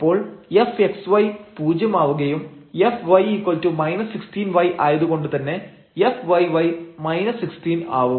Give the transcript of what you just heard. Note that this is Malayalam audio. അപ്പോൾ fxy പൂജ്യം ആവുകയും fy 16 y ആയതുകൊണ്ട് തന്നെ fyy 16 ആവും